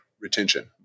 retention